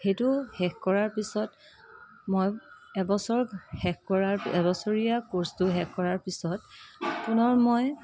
সেইটো শেষ কৰাৰ পিছত মই এবছৰ শেষ কৰাৰ এবছৰীয়া কৰ্ছটো শেষ কৰাৰ পিছত পুনৰ মই